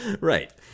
Right